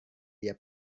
dia